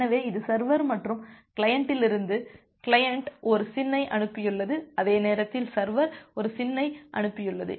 எனவே இது சர்வர் மற்றும் கிளையண்ட்டில் இருந்து கிளையன்ட் ஒரு SYN ஐ அனுப்பியுள்ளது அதே நேரத்தில் சர்வர் ஒரு SYN ஐ அனுப்பியுள்ளது